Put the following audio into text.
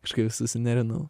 kažkaip susinervinau